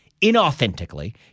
inauthentically